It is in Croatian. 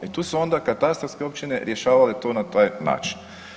E tu su onda katastarske općine rješavale to, na taj način.